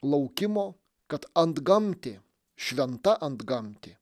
laukimo kad antgamtė šventa antgamtė